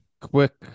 Quick